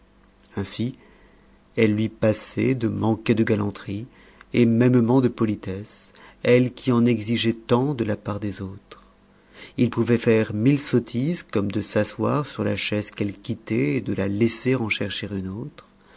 ainsi elle lui passait de manquer de galanterie et mêmement de politesse elle qui en exigeait tant de la part des autres il pouvait faire mille sottises comme de s'asseoir sur la chaise qu'elle quittait et de la laisser en chercher une autre